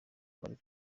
muri